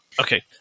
Okay